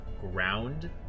ground